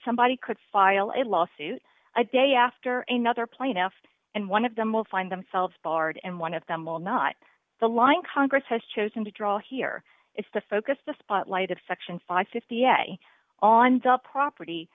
somebody could file a lawsuit a day after another plaintiff and one of them will find themselves barred and one of them will not the line congress has chosen to draw here is the focus the spotlight of section five hundred and fifty a on the property